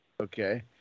Okay